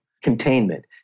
containment